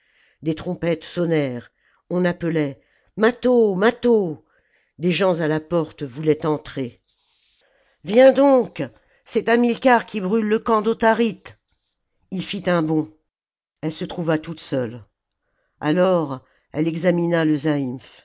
des trompettes sonnèrent on appelait mâtho mâtho des gens à la porte voulaient entrer viens donc c'est hamilcar qui brûle le camp d'autharite ii fit un bond elle se trouva toute seule alors elle examina